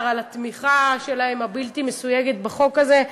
על התמיכה הבלתי-מסויגת שלהם בחוק הזה,